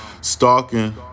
Stalking